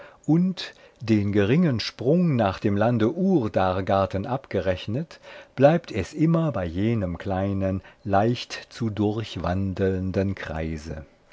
und den geringen sprung nach dem lande urdargarten abgerechnet bleibt es immer bei jenem kleinen leicht zu durchwandelnden kreise